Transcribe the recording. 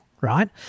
right